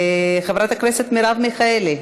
חברת הכנסת מרב מיכאלי,